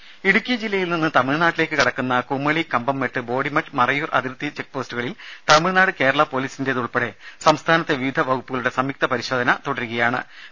ദേദ ഇടുക്കി ജില്ലയിൽ നിന്ന് തമിഴ്നാട്ടിലേക്ക് കടക്കുന്ന കുമളി കമ്പംമെട്ട് ബോഡിമെട്ട് മറയൂർ അതിർത്തി ചെക്പോസ്റ്റുകളിൽ തമിഴ്നാട് കേരള പൊലീസിന്റെയുൾപ്പെടെ സംസ്ഥാനത്തെ വിവിധ വകുപ്പുകളുടെ സംയുക്ത പരിശോധനയാണ് നടക്കുന്നത്